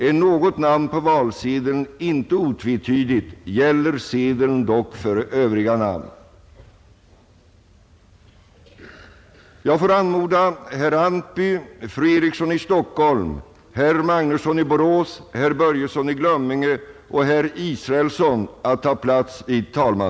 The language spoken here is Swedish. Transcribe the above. Är något namn på valsedel inte otvetydigt, gäller sedeln dock för övriga namn.